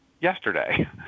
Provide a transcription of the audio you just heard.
yesterday